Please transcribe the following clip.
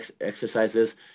exercises